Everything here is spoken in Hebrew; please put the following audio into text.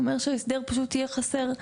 אומר שההסדר פשוט יהיה חסר.